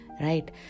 Right